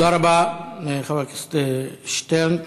תודה רבה, חבר הכנסת שטרן.